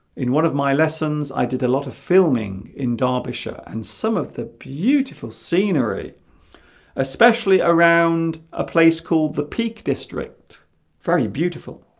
in one of my lessons i did a lot of filming in derbyshire and some of the beautiful scenery especially around a place called the peak district very beautiful